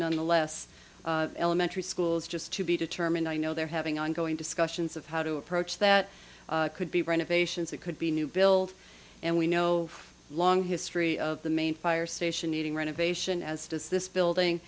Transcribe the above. nonetheless elementary schools just to be determined i know they're having ongoing discussions of how to approach that could be renovations that could be new bill and we know long history of the main fire station needing renovation as does this building